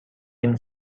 been